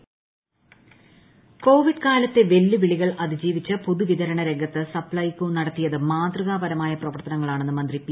Thilothaman covid കാലത്തെ വെല്ലുവിളികൾ അതിജീവിച്ച് പൊതുവിതരണ രംഗത്ത് സപ്ലൈക്കോ നടത്തിയത് മാതൃകാപരമായ പ്രവർത്തനങ്ങളാണെന്ന് മന്ത്രി പി